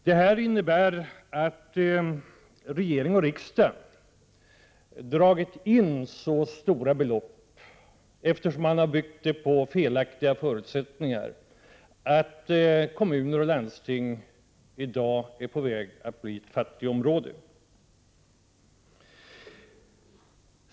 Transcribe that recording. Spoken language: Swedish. Det här innebär att regering och riksdag har dragit in så stora belopp —- till följd av att man, som sagt, har byggt sina kalkyler på felaktiga förutsättningar — att kommuner och landsting i dag är på väg att bli ett fattigområde.